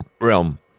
realm